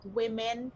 women